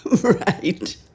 Right